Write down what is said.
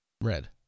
red